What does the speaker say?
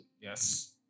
Yes